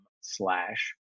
slash